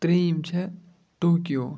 ترٛیٚیِم چھےٚ ٹوکیو